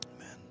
Amen